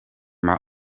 maar